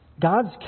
God's